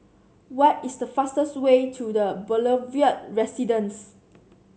what is the fastest way to The Boulevard Residence